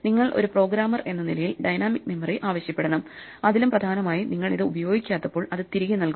നിങ്ങൾ ഒരു പ്രോഗ്രാമർ എന്ന നിലയിൽ ഡൈനാമിക് മെമ്മറി ആവശ്യപ്പെടണം അതിലും പ്രധാനമായി നിങ്ങൾ ഇത് ഉപയോഗിക്കാത്തപ്പോൾ അത് തിരികെ നൽകുക